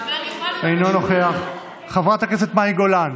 אינו נוכח, חברת הכנסת מאי גולן,